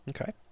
Okay